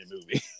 movie